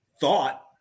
thought